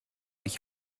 ich